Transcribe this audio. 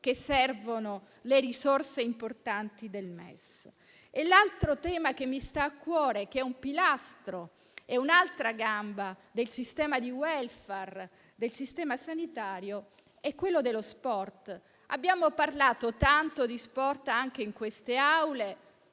che servono le risorse importanti del MES. Altro tema che mi sta a cuore, che è un pilastro e un'altra gamba del sistema di *welfare* del sistema sanitario, è lo sport. Ne abbiamo parlato tanto, anche in queste Aule,